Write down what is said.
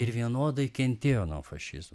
ir vienodai kentėjo nuo fašizmo